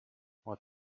what